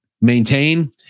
maintain